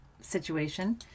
situation